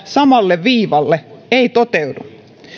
samalle viivalle ei toteudu